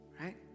right